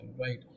right